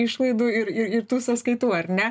išlaidų ir ir ir tų sąskaitų ar ne